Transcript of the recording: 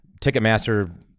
Ticketmaster